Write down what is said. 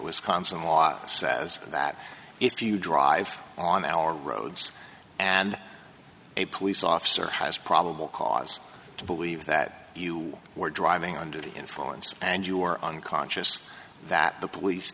wisconsin law says that if you drive on our roads and a police officer has probable cause to believe that you were driving under the influence and you are unconscious that the police